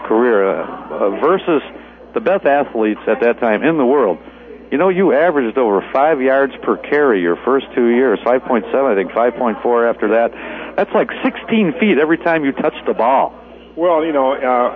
career versus the best athletes at that time in the world you know you averaged over five yards per carry your first two years five points i think five point four after that that's like sixteen feet every time you touch the ball well you know